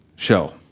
show